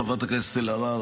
חברת הכנסת אלהרר,